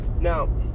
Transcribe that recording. Now